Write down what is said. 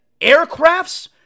aircrafts